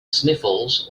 sniffles